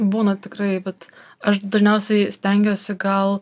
būna tikrai bet aš dažniausiai stengiuosi gal